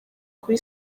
kuri